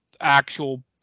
actual